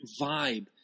vibe